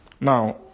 Now